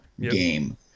game